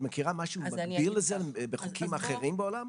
את מכירה משהו מקביל לזה מחוקים אחרים בעולם?